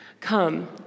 Come